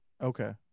Okay